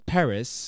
Paris